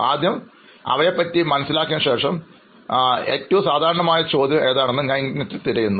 ആദ്യം അവയെപ്പറ്റി എല്ലാം തിരിച്ചറിഞ്ഞ ശേഷം അവർ ചോദിക്കുന്ന ഏറ്റവും സാധാരണമായ ചോദ്യം എന്താണെന്ന് ഞാൻ ഇൻറർനെറ്റിൽ തിരയുന്നു